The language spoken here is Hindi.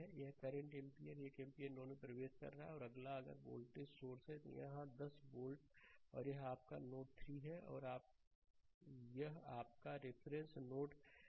यह करंट 1 एम्पीयर नोड में प्रवेश कर रहा है और अगला अगर वोल्टेज सोर्स यहां 10 वोल्ट है और यह आपका नोड 3 है और यह आपका रेफरेंस नोड है